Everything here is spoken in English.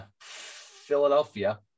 Philadelphia